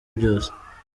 byose